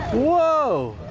whoa!